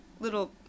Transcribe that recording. little